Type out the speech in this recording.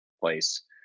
Place